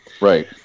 right